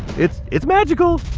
it's it's magical.